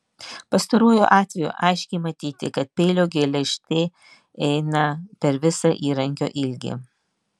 pastaruoju atveju aiškiai matyti kad peilio geležtė eina per visą įrankio ilgį